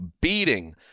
beating